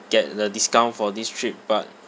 get the discount for this trip but